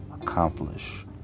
accomplish